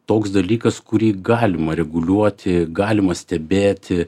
toks dalykas kurį galima reguliuoti galima stebėti